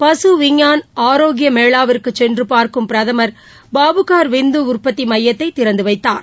பசு விஞ்ஞான் ஆரோக்கிய மேளாவிற்குச் சென்று பார்க்கும் பிரதமர் பாபுகார் விந்து உற்பத்தி மையத்தை திறந்து வைப்பார்